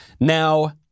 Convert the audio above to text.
Now